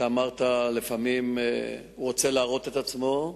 אמרת שלפעמים הוא רוצה להראות את עצמו,